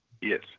Yes